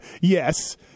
Yes